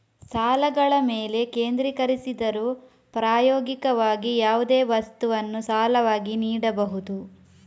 ಸಾಲಗಳ ಮೇಲೆ ಕೇಂದ್ರೀಕರಿಸಿದರೂ, ಪ್ರಾಯೋಗಿಕವಾಗಿ, ಯಾವುದೇ ವಸ್ತುವನ್ನು ಸಾಲವಾಗಿ ನೀಡಬಹುದು